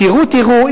תראו תראו,